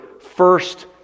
first